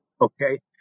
Okay